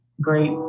great